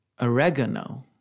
Oregano